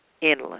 inland